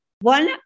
one